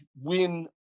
win